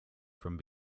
from